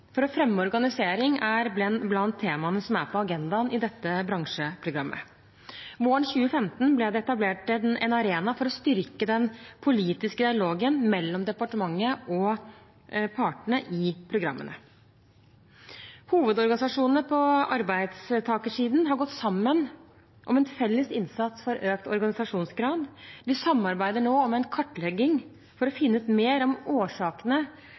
for å fremme organisering er blant temaene som er på agendaen i disse bransjeprogrammene. Våren 2015 ble det etablert en arena for å styrke den politiske dialogen mellom departementet og partene i programmene. Hovedorganisasjonene på arbeidstakersiden har gått sammen om en felles innsats for økt organisasjonsgrad. De samarbeider nå om en kartlegging for å finne ut mer om årsakene